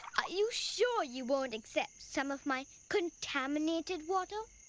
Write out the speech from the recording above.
ah you sure you won't accept some of my contaminated water?